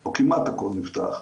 או כמעט הכול נפתח,